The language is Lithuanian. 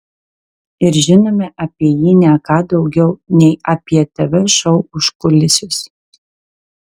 ir žinome apie jį ne ką daugiau nei apie tv šou užkulisius